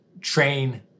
train